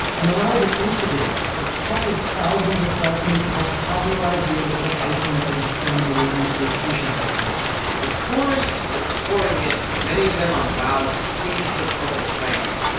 and the rise of instagram, where countless thousands of selfies helped popularize the image of iceland as a fomo-worthy vacation destination the tourists were pouring in, many of them on wow's signature purple planes.